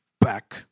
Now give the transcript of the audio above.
back